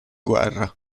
guerra